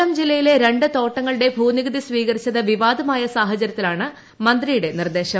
കൊല്ലം ജില്ലയിലെ രണ്ട് തോട്ടങ്ങളുടെ ഭൂനികുതി സ്വീകരിച്ചത് വിവാദമായ സാഹചര്യത്തിലാണ് മന്ത്രിയുടെ നിർദ്ദേശം